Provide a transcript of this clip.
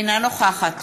אינה נוכחת